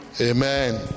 amen